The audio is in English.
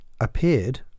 Appeared